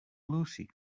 lucy